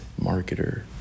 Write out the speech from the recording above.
marketer